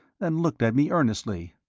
and looked at me earnestly,